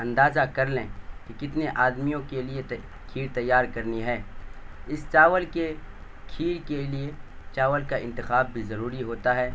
اندازہ کر لیں کہ کتنے آدمیوں کے لیے کھیر تیار کرنی ہے اس چاول کے کھیر کے لیے چاول کا انتخاب بھی ضروری ہوتا ہے